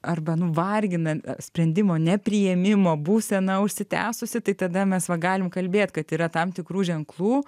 arba nuvargina sprendimo nepriėmimo būsena užsitęsusi tai tada mes va galim kalbėt kad yra tam tikrų ženklų